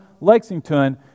Lexington